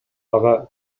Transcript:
ага